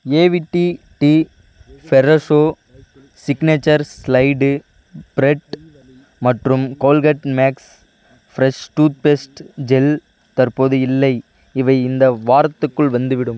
AVT tea Fresho signature sliced bread மற்றும் Colgate Max Fresh toothpaste gel தற்போது இல்லை இவை இந்த வாரத்துக்குள் வந்துவிடும்